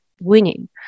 winning